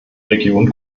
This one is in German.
region